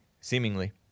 seemingly